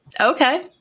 Okay